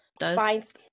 finds